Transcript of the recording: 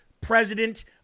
president